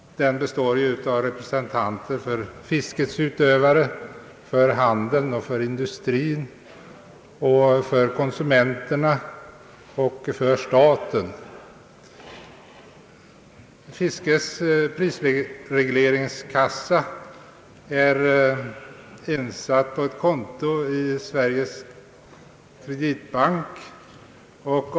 Den består av representanter för fiskets utövare, för handeln, för industrin, för konsumenterna och för staten. Fiskets prisregleringskassa är insatt på ett konto i Sveriges kreditbank.